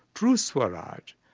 true swaraj,